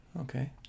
Okay